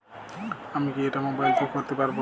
আমি কি এটা মোবাইল থেকে করতে পারবো?